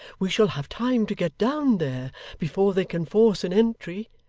we shall have time to get down there before they can force an entry.